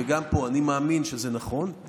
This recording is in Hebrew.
וגם פה אני מאמין שזה נכון,